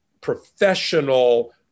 professional